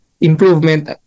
improvement